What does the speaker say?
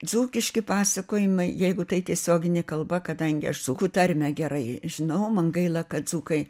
dzūkiški pasakojimai jeigu tai tiesioginė kalba kadangi aš dzukų tarmę gerai žinau man gaila kad dzūkai